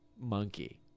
monkey